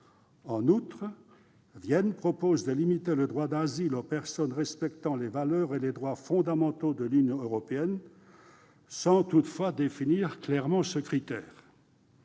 En outre, Vienne propose de limiter le droit d'asile aux personnes respectant les valeurs et les droits fondamentaux de l'Union européenne, sans toutefois définir clairement ce critère.